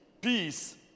Peace